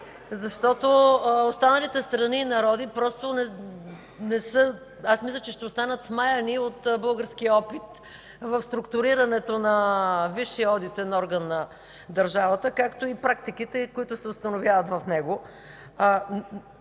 защото останалите страни и народи ще останат смаяни от българския опит в структурирането на висшия одитен орган на държавата, както и практиките, които се установяват в него.